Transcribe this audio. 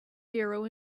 biro